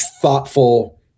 Thoughtful